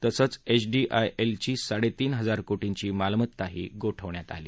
तसंच H D I L ची साडे तीन हजार कोटीची मालमत्ताही गोठवण्यात आली